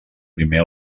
primer